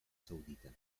saudita